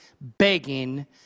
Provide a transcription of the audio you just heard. begging